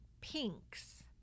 pinks